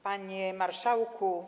Panie Marszałku!